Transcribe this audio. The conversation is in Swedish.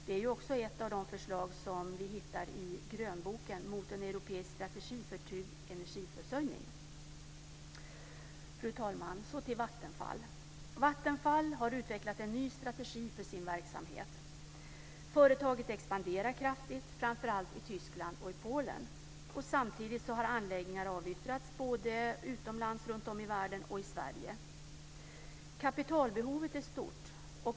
Det är ett av de förslag som vi hittar i grönboken Mot en europeisk strategi för trygg energiförsörjning. Fru talman! Så till Vattenfall. Vattenfall har utvecklat en ny strategi för sin verksamhet. Företaget expanderar kraftigt framför allt i Tyskland och i Polen. Samtidigt har anläggningar avyttrats utomlands runtom i världen och i Sverige. Kapitalbehovet är stort.